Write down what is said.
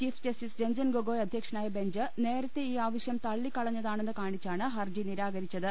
chief justice Ranjan Gogoi അധ്യ ക്ഷനായ bench നേരത്തെ ഈ ആവശ്യം തള്ളിക്കളഞ്ഞതാ ണെന്ന് കാണിച്ചാണ് ഹർജി നിരാകരിച്ചത്